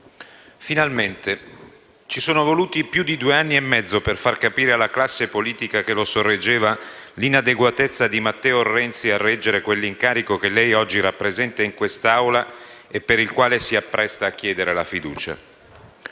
finalmente. Ci sono voluti più di due anni e mezzo per far capire alla classe politica che lo sosteneva l'inadeguatezza di Matteo Renzi a reggere quell'incarico che lei oggi rappresenta in Assemblea e per il quale si appresta a chiedere la fiducia.